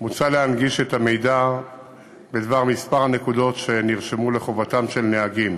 מוצע להנגיש את המידע בדבר מספר הנקודות שנרשמו לחובתם של נהגים